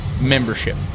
membership